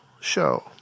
show